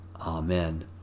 Amen